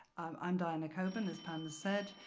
um i'm diana coben as pam as said.